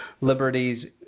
liberties –